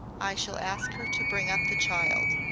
i shall ask her to bring up the child.